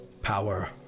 Power